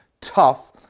tough